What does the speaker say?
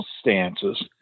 stances